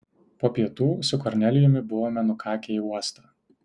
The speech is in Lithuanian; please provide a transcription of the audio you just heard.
po pietų su kornelijumi buvome nukakę į uostą